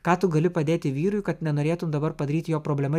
ką tu gali padėti vyrui kad nenorėtum dabar padaryt jo problema